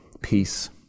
peace